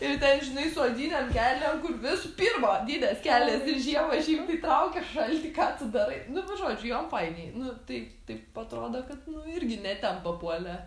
ir ten žinai su odinėm kelnėm visų pirma odinės kelnės ir žiemą šiaip tai traukia šaltį ką tu darai nu va žodžiu jom fainiai nu tai taip atrodo kad nu irgi ne ten papuolė